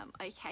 okay